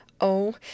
Oh